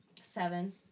Seven